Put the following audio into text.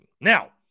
Now